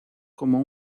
como